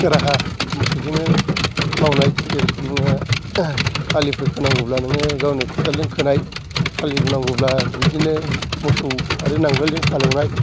राहा मोसौजोंनो मावनाय जेरेखम नोङो आलिफोर खोनांगौब्ला नोङो गावनो खदालजों खोनाय हालौनांगौब्ला बिदिनो मोसौ आरो नांगालजों हालौनाय